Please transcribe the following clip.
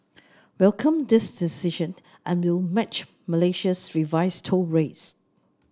welcome this decision and will match Malaysia's revised toll rates